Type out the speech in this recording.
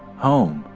home,